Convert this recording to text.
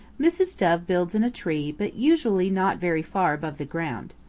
mrs. dove builds in a tree, but usually not very far above the ground.